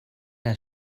der